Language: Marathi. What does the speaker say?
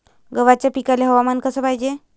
गव्हाच्या पिकाले हवामान कस पायजे?